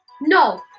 No